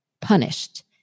punished